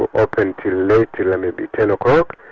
were open till late, till maybe ten o'clock,